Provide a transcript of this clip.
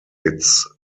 its